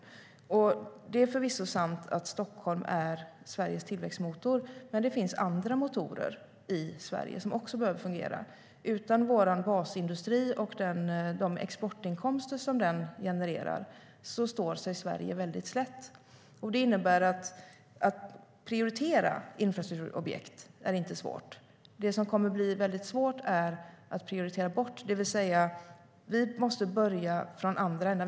Det är förvisso sant att Stockholm är Sveriges tillväxtmotor, men det finns andra motorer i Sverige som också behöver fungera. Utan vår basindustri och de exportinkomster som den genererar står sig Sverige väldigt slätt. Detta innebär att det inte är svårt att prioritera infrastrukturprojekt, utan det som kommer att bli väldigt svårt är att prioritera bort. Vi måste börja i den andra ändan.